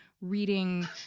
reading